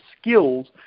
skills